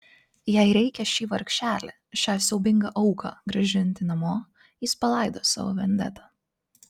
jei reikia šį vargšelį šią siaubingą auką grąžinti namo jis palaidos savo vendetą